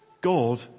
God